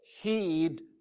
heed